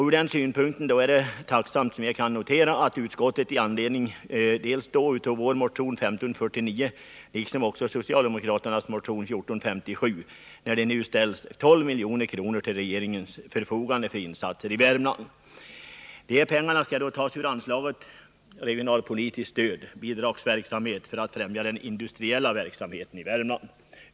Ur den synpunkten är det tacksamt att kunna notera att utskottet — med anledning dels av vår motion nr 1549, dels av den socialdemokratiska motionen 1457 — nu föreslår att 12 milj.kr. ställs till regeringens förfogande för insatser i Värmland. De pengarna skall tas ur anslaget Regionalpolitiskt stöd: Bidragsverksamhet för att främja den industriella verksamheten i Värmlands län.